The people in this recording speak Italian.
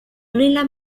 nella